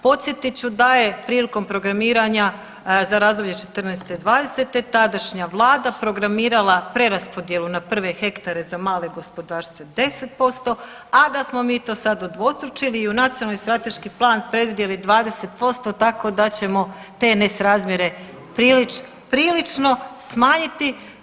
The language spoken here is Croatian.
Podsjetit ću da je prilikom programiranja za razdoblju '14.-'20., tadašnja vlada programirala preraspodjelu na prve hektare za mala gospodarstva 10%, a da smo mi to sad udvostručili i u nacionalni strateški plan predvidjeli 20% tako da ćemo te nesrazmjere prilično smanjiti.